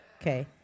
Okay